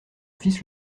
fils